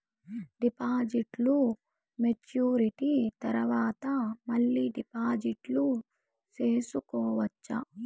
డిపాజిట్లు మెచ్యూరిటీ తర్వాత మళ్ళీ డిపాజిట్లు సేసుకోవచ్చా?